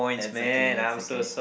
it's okay it's okay